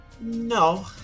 No